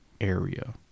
area